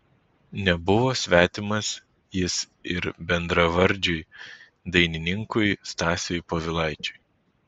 nebuvo svetimas jis ir bendravardžiui dainininkui stasiui povilaičiui